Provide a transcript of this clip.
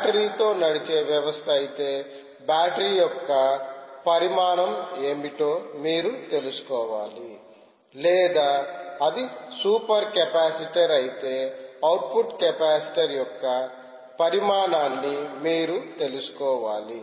battery తో నడిచే వ్యవస్థ అయితే బ్యాటరీ యొక్క పరిమాణం ఏమిటో మీరు తెలుసుకోవాలి లేదా అది సూపర్ కెపాసిటర్ అయితే అవుట్పుట్ కెపాసిటర్ యొక్క పరిమాణాన్ని మీరు తెలుసుకోవాలి